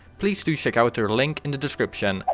please do check out their link in the description,